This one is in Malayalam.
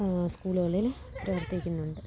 സ്ക ളുകളിൽ പ്രവർത്തിക്കുന്നുണ്ട്